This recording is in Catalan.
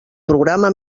programa